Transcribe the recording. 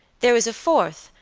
there was a fourth,